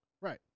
Right